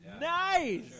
Nice